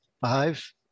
five